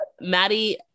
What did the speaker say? Maddie